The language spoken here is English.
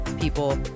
people